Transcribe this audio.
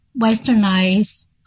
westernized